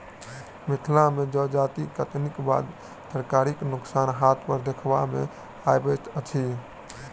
मिथिला मे जजाति कटनीक बाद तरकारीक नोकसान हाट पर देखबा मे अबैत अछि